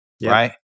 Right